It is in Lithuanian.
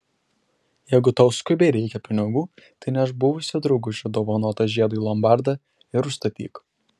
jeigu tau skubiai reikia pinigų tai nešk buvusio draugužio dovanotą žiedą į lombardą ir užstatyk